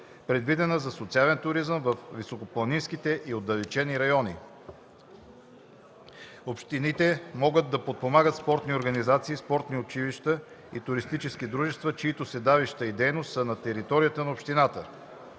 предвидена за социален туризъм във високопланинските и отдалечените райони. (3) Общините могат да подпомагат спортни организации, спортни училища и туристически дружества, чиито седалища и дейност са на територията на общината.